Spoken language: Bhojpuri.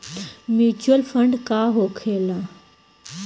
म्यूचुअल फंड का होखेला?